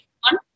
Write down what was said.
one